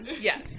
Yes